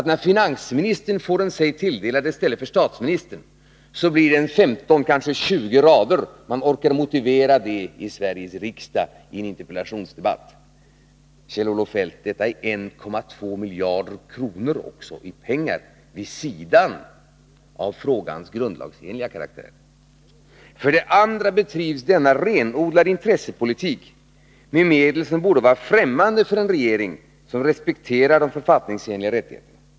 När finansministern får denna fråga sig tilldelad i stället för statsministern, orkar man med en motivering på 15 å 20 rader i Sveriges riksdag i en interpellationsdebatt. Kjell-Olof Feldt! Detta är 1,2 miljarder kronor i pengar vid sidan av frågans grundlagsenliga karaktär. För det andra bedrivs denna renodlade intressepolitik med medel som borde vara främmande för en regering som respekterar de författningsenliga rättigheterna.